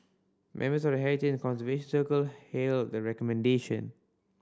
members of heritage and conservation circle hailed the recommendation